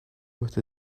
what